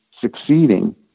succeeding